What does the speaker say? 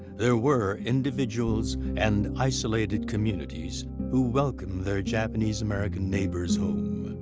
there were individuals and isolated communities who welcomed their japanese american neighbors home.